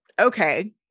okay